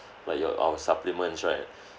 like your our supplements right